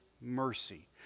mercy